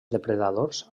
depredadors